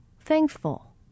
thankful